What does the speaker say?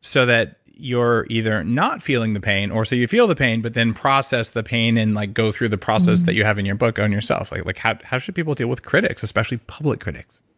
so that you're either not feeling the pain or so you feel the pain, but then process the pain and like go through the process that you have in your book own your self? like like how how should people deal with critics, especially public critics?